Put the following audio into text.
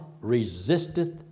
resisteth